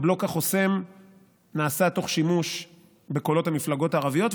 הבלוק החוסם נעשה תוך שימוש בקולות המפלגות הערביות,